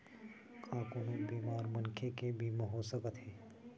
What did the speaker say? का कोनो बीमार मनखे के बीमा हो सकत हे?